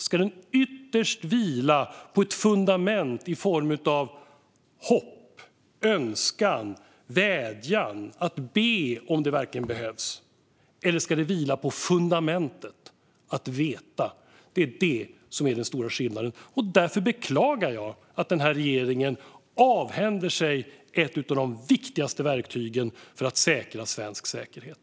Ska den ytterst vila på ett fundament i form av hopp, önskan och vädjan - att man ska behöva be om hjälp om det verkligen behövs - eller ska den vila på fundamentet att veta ? Det är detta som är den stora skillnaden. Därför beklagar jag att den här regeringen avhänder sig ett av de viktigaste verktygen för att säkra svensk säkerhet.